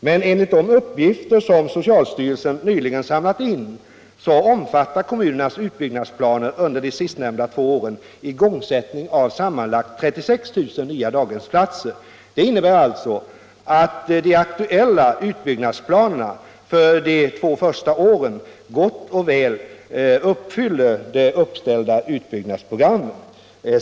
Men enligt de uppgifter som socialstyrelsen nyligen har samlat in omfattar kommunernas utbyggnadsplaner under de sistnämnda två åren igångsättning av sammanlagt 36 000 nya daghemsplatser. Det innebär att de aktuella utbyggnadsplanerna för de två första åren gott och väl motsvarar det uppställda utbyggnadsprogrammel.